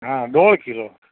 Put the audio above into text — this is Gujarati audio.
હા દોઢ કિલો